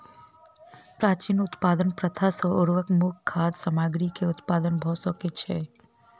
प्राचीन उत्पादन प्रथा सॅ उर्वरक मुक्त खाद्य सामग्री के उत्पादन भ सकै छै